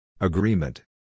Agreement